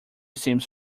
seems